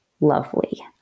lovely